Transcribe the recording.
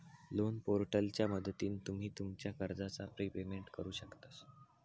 loan पोर्टलच्या मदतीन तुम्ही तुमच्या कर्जाचा प्रिपेमेंट करु शकतास